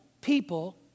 people